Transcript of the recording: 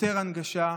יותר הנגשה.